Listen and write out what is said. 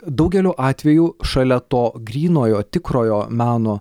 daugeliu atvejų šalia to grynojo tikrojo meno